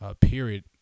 period